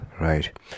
right